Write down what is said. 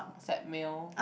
set meal